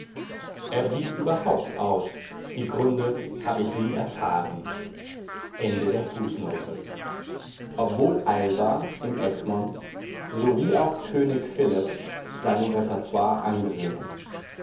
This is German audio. er blieb überhaupt aus die gründe hab ich nie erfahren obwohl alba im egmont sowie auch könig philipp seinem repertoire angehören